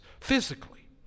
physically